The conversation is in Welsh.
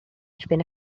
erbyn